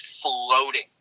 floating